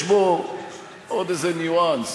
יש בו עוד איזה ניואנס.